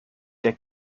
der